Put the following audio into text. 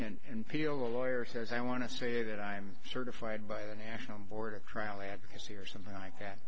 and peel the lawyer says i want to say that i'm certified by the national board of trial advocacy or something like that